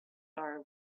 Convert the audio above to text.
are